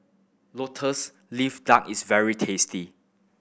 Lotus Leaf Duck is very tasty